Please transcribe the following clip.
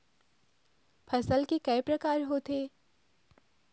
फसल के कय प्रकार होथे?